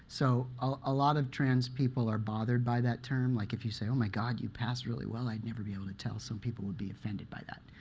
so a lot of trans people are bothered by that term. like if you say, oh, my god, you pass really well, i'd never be able to tell. some people would be offended by that.